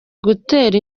gutera